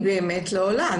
היא באמת לא עולה.